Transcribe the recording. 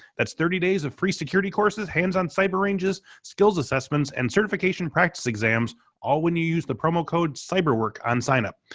that's thirty days of free security courses, hands-on cyber ranges, skills assessments and certification practice exams all when you use the promo code cyberwork on signup.